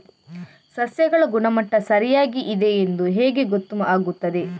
ಸಸ್ಯಗಳ ಗುಣಮಟ್ಟ ಸರಿಯಾಗಿ ಇದೆ ಎಂದು ಹೇಗೆ ಗೊತ್ತು ಆಗುತ್ತದೆ?